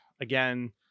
again